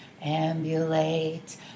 ambulate